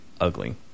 ugly